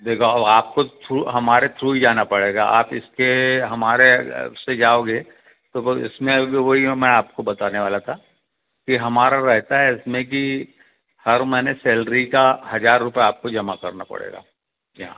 देखो अब आप को थ्रू हमारे थ्रू ही जाना पड़ेगा आप इसके हमारे उससे जाओगे तो वो इसमें भी वो ही मैं आपको बताने वाला था कि हमारा रहता है इसमें की हर महीने सैलरी का हजार रुपए आपको जमा करना पड़ेगा यहाँ